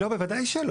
בוודאי שלא.